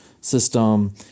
system